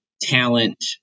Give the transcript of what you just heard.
talent